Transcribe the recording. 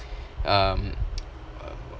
um